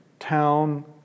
town